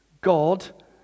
God